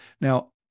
Now